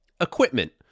Equipment